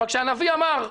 אבל כשהנביא אמר: